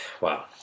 Wow